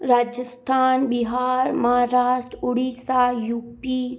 Rajasthan Bihar Maharashtra Orissa U P